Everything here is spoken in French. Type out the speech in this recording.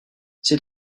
ces